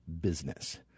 business